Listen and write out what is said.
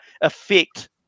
affect